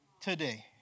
today